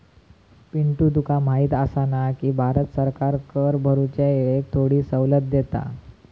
पिंटू तुका माहिती आसा ना, की भारत सरकार कर भरूच्या येळेक थोडी सवलत देता